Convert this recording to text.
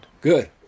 Good